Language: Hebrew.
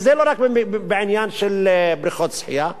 וזה לא רק בעניין של בריכות שחייה,